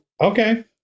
Okay